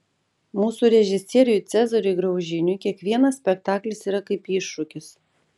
mūsų režisieriui cezariui graužiniui kiekvienas spektaklis yra kaip iššūkis